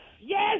Yes